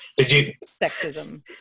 sexism